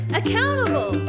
accountable